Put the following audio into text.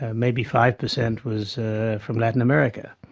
ah maybe five per cent was from latin america,